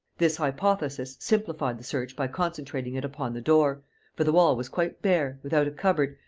this hypothesis simplified the search by concentrating it upon the door for the wall was quite bare, without a cupboard,